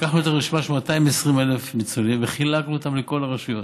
לקחנו את הרשימה של 220,000 הניצולים וחילקנו אותה לכל הרשויות.